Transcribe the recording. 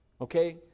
Okay